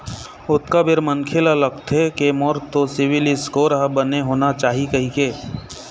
ओतका बेर मनखे ल लगथे के मोर तो सिविल स्कोर ह बने होना चाही कहिके